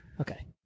Okay